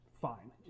fine